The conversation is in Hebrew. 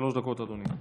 שלוש דקות, אדוני.